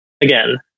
again